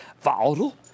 volatile